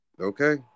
Okay